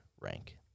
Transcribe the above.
rank